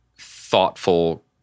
thoughtful